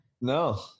No